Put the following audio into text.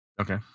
Okay